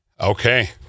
Okay